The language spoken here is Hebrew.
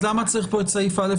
אז למה צריך פה את סעיף (א),